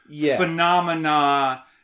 phenomena